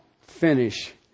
finish